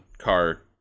car